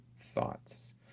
thoughts